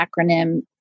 acronym